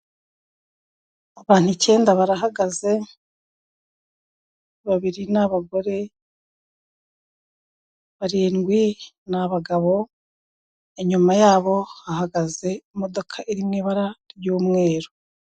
Abantu icyenda barahagaze babiri ni abagore, barindwi ni abagabo, inyuma yabo hahagaze imodoka iri mu ibara ry'umweru.